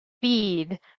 feed